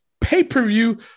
pay-per-view